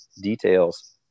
details